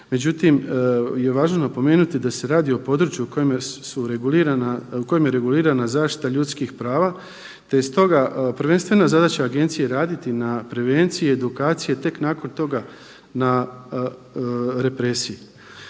Međutim je važno napomenuti da se radi o području o kojem su regulirana u kojem je regulirana zaštita ljudskih prava te iz toga prvenstvena zadaća agenciji je raditi na prevenciji i edukaciji tek nakon toga na represiji.